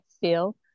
feel